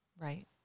Right